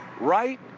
Right